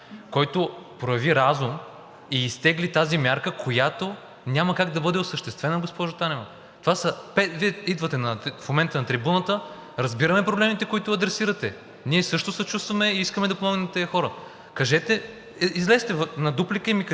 прояви разум и изтегли тази мярка, която няма как да бъде осъществена, госпожо Танева. В момента Вие идвате на трибуната, разбираме проблемите, които адресирате, ние също съчувстваме и искаме да помогнем на тези хора. Излезте на дуплика и ми кажете,